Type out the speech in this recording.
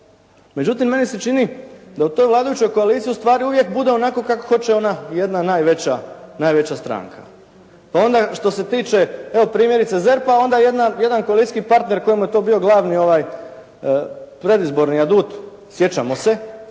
Međutim meni se čini da u toj vladajućoj koaliciji ustvari uvijek bude onako kako hoće ona jedna najveća, najveća stranka. Pa onda što se tiče evo primjerice ZERP-a onda jedna, jedan koalicijski partner kojemu je to bio glavni predizborni adut, sjećamo se,